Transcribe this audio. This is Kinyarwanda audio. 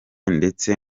ndetse